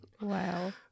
Wow